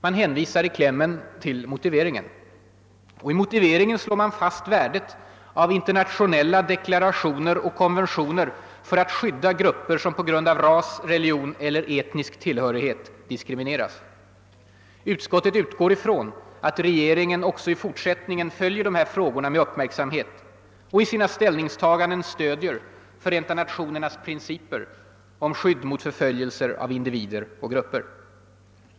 Man hänvisar i klämmen till motiveringen. Och i motiveringen slår man fast värdet av internationella deklarationer och konventioner för att skydda grupper som på grund av ras, religion eller etnisk tillhörighet diskrimineras. Utskottet utgår från att regeringen också i fortsättningen följer de här frågorna med uppmärksamhet och i sina ställningstaganden stödjer Förenta nationernas principer om skydd mot förföljelser av individer och grupper.